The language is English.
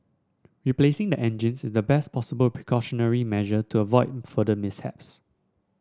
replacing the engines is the best possible precautionary measure to avoid further mishaps